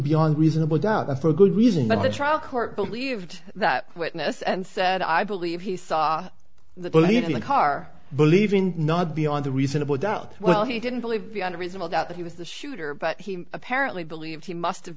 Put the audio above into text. beyond reasonable doubt and for good reason that the trial court believed that witness and said i believe he saw the believe the car believe in not beyond a reasonable doubt well he didn't believe beyond a reasonable doubt that he was the shooter but he apparently believed he must have